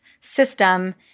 system